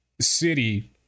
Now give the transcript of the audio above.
city